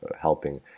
helping